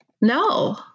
No